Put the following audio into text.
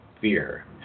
fear